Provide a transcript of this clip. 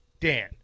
Dan